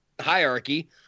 hierarchy